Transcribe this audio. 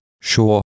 sure